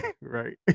right